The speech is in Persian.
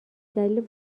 دلیل